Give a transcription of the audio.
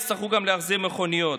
יצטרכו גם להחזיר מכוניות.